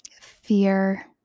fear